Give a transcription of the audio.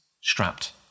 strapped